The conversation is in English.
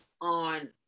on